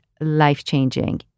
life-changing